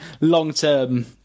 long-term